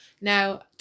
Now